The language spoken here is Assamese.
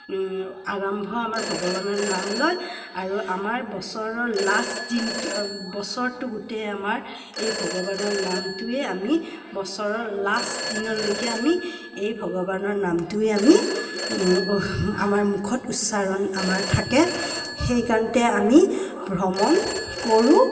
আৰম্ভ আমাৰ ভগৱানৰ নাম লৈ আৰু আমাৰ বছৰৰ লাষ্ট দিনটো বছৰটো গোটেই আমাৰ এই ভগৱানৰ নামটোৱে আমি বছৰৰ লাষ্ট দিনলৈকে আমি এই ভগৱানৰ নামটোৱে আমি আমাৰ মুখত উচ্চাৰণ আমাৰ থাকে সেইকাৰণতে আমি ভ্ৰমণ কৰোঁ